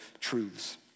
truths